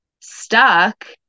stuck